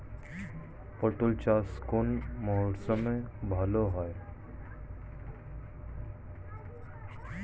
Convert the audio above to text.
পটল চাষ কোন মরশুমে ভাল হয়?